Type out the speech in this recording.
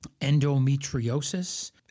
endometriosis